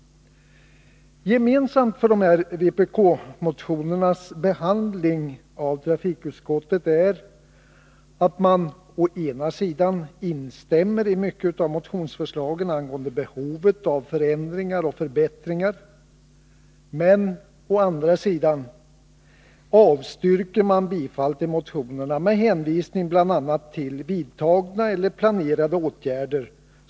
Gemensamt för dessa vpk-motioner när det gäller behandlingen i trafikutskottet är att utskottet å ena sidan instämmer i mycket av motionsförslagen angående behovet av förändringar och förbättringar, men å andra sidan avstyrker bifall till motionerna med hänvisning bl.a. till vidtagna eller planerade åtgärder.